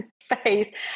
face